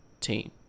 team